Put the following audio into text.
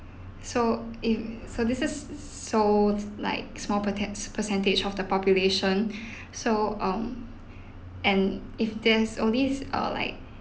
so i~ so this is so like small pota~ percentage of the population so um and if there is all these uh like